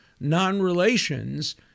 non-relations